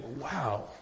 wow